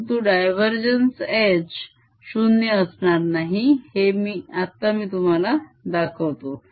परंतु div H 0 असणार नाही हे आता मी तुम्हाला दाखवतो